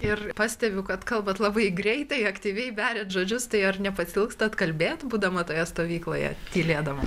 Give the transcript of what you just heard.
ir pastebiu kad kalbat labai greitai aktyviai beriat žodžius tai ar nepasiilgstat kalbėt būdama toje stovykloje tylėdama